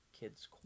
kid's